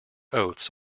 oaths